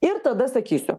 ir tada sakysiu